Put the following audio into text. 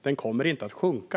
Den kommer inte att sjunka.